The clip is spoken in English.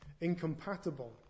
incompatible